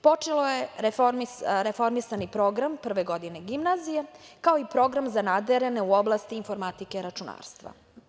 Počeo je reformisani program prve godine gimnazija, kao i program za nadarene u oblasti informatike i računarstva.